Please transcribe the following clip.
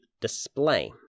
display